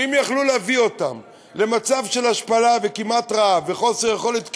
כי אם יכלו להביא אותם למצב של השפלה וכמעט רעב וחוסר יכולת קיום,